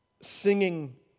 singing